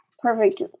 Perfect